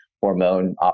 hormone